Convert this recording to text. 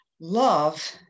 love